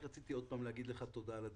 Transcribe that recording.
רק רציתי עוד פעם לומר לך תודה על הדיון.